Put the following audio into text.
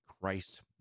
Christ